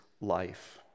life